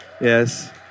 Yes